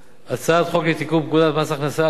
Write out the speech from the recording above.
הצעת חוק לתיקון פקודת מס הכנסה (הטבות מס